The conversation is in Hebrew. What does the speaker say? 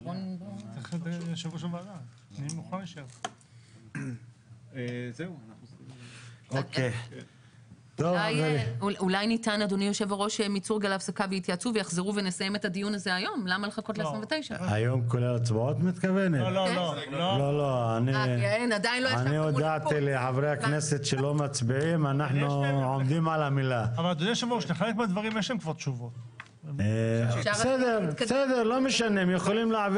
15:04.